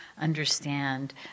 understand